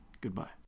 goodbye